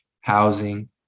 housing